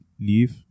leave